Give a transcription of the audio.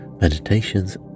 meditations